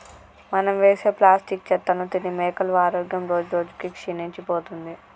మనం వేసే ప్లాస్టిక్ చెత్తను తిని మేకల ఆరోగ్యం రోజురోజుకి క్షీణించిపోతుంది